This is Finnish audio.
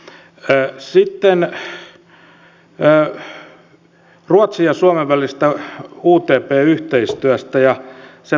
sitten ruotsin ja suomen välisestä utp yhteistyöstä ja sen vahvistamisesta